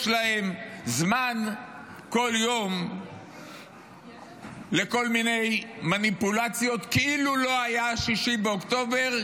יש להם זמן כל יום לכל מיני מניפולציות כאילו לא היה 6 באוקטובר,